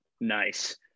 Nice